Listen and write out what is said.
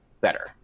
better